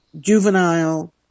juvenile